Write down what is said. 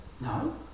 no